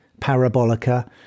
Parabolica